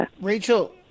Rachel